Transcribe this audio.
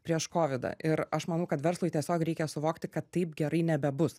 prieš kovidą ir aš manau kad verslui tiesiog reikia suvokti kad taip gerai nebebus